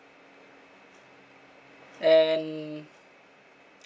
and